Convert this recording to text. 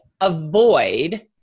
avoid